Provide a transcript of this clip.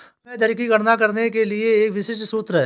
विनिमय दर की गणना करने के लिए एक विशिष्ट सूत्र है